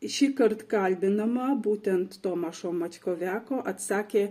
šįkart kalbinama būtent tomašo mačkoveko atsakė